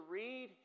read